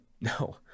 no